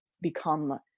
become